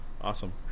Awesome